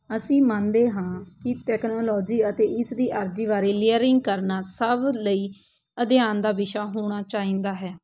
ਅਸੀਂ ਮੰਨਦੇ ਹਾਂ ਕਿ ਤਕਨਾਲੋਜੀ ਅਤੇ ਇਸ ਦੀ ਅਰਜ਼ੀ ਬਾਰੇ ਲੀਅਰਿੰਗ ਕਰਨਾ ਸਭ ਲਈ ਅਧਿਐਨ ਦਾ ਵਿਸ਼ਾ ਹੋਣਾ ਚਾਹੀਦਾ ਹੈ